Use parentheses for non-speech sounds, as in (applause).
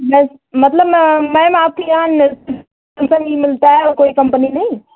मत मतलब मैं मैम आपके यहाँ (unintelligible) ही मिलता है कोई कम्पनी नहीं